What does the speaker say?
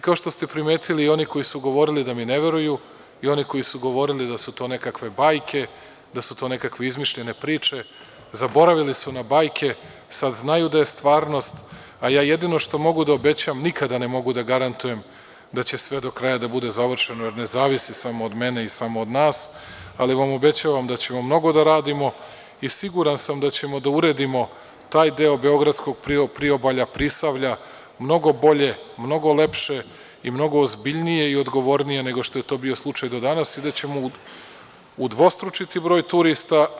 Kao što ste primetili, i oni koji su govorili da mi ne veruju i oni koji su govorili da su to nekakve bajke, da su to nekakve izmišljene priče, zaboravili su na bajke, sad znaju da je stvarnost, a ja jedino što mogu da obećam, nikada ne mogu da garantujem da će sve do kraja da bude završeno, jer ne zavisi samo od mene i samo od nas, ali vam obećavam da ćemo mnogo da radimo i siguran sam da ćemo da uredimo taj deo beogradskog priobalja, prisavlja mnogo bolje, mnogo lepše i mnogo ozbiljnije i odgovornije nego što je to bio slučaj do danas, da ćemo udvostručiti broj turista.